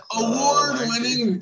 award-winning